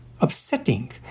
upsetting